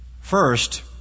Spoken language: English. First